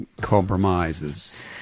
Compromises